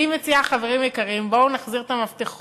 אז אני מציעה, חברים יקרים: בואו נחזיר את המפתחות